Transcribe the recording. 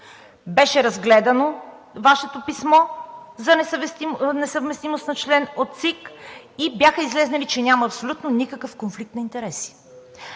беше разгледано Вашето писмо за несъвместимост на член от ЦИК и излезе, че няма абсолютно никакъв конфликт на интереси.